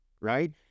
right